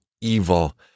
evil